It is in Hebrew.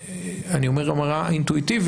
אני אומר פה אמירה אינטואיטיבית,